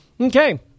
Okay